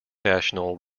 national